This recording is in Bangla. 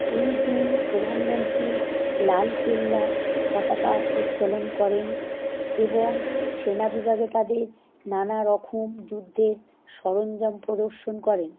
এই দিন প্রধানমন্ত্রী লালকেল্লায় পতাকা উত্তোলন করেন এবং সেনা বিভাগে তাদের নানা রকম যুদ্ধের সরঞ্জাম প্রদর্শন করেন